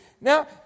Now